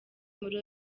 muri